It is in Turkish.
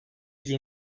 gün